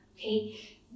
okay